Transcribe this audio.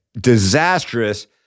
disastrous